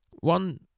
One